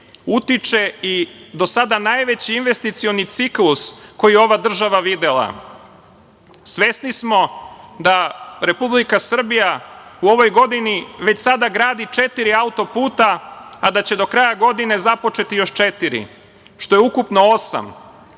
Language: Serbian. utiče i do sada najveći investicioni ciklus koji je ova država videla. Svesni smo da Republika Srbija u ovoj godini već sada gradi četiri auto-puta, a da će do kraja godine započeti još četiri, što je ukupno osam. Kada